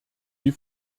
die